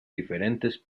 diferentes